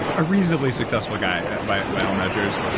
but a reasonably successful guy by by all measures.